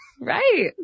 Right